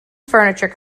furniture